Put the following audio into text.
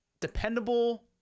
dependable